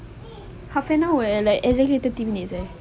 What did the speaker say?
half an hour like exactly thirty minutes ya